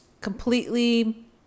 completely